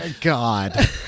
God